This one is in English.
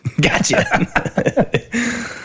gotcha